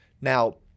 Now